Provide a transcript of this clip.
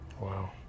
Wow